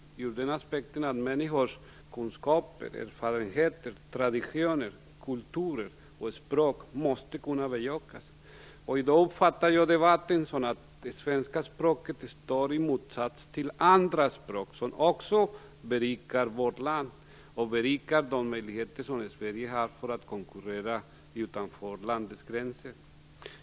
Det är en aspekt. Människors kunskaper, erfarenheter, traditioner, kulturer och språk måste kunna bejakas. I dag uppfattar jag debatten som att det svenska språket står i motsats till andra språk som också berikar vårt land och förbättrar de möjligheter som Sverige har att konkurrera utanför landets gränser.